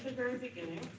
very beginning.